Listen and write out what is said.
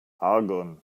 argon